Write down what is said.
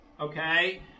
okay